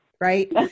Right